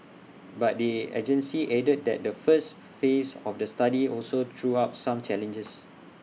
but the agency added that the first phase of the study also threw up some challenges